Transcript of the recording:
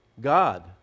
God